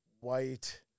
white